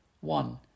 One